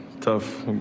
Tough